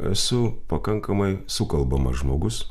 esu pakankamai sukalbamas žmogus